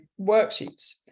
worksheets